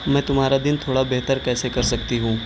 میں تمہارا دن تھوڑا بہتر کیسے کر سکتی ہوں